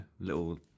Little